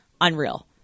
unreal